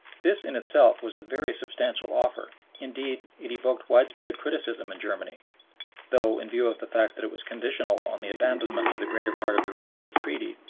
this in itself was a very substantial offer indeed it evoked widespread criticism in germany though, in view of the fact that it was conditional on the abandonment of the greater part of the rest of of the treaty,